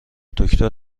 دکتر